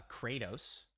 kratos